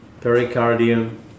pericardium